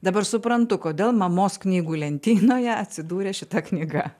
dabar suprantu kodėl mamos knygų lentynoje atsidūrė šita knyga